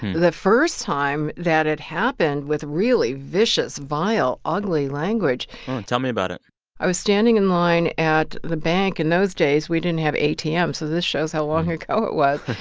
the first time that it happened with really vicious, vile, ugly language tell me about it i was standing in line at the bank. in those days, we didn't have atms, um so this shows how long ago it was.